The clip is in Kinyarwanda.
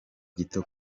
gito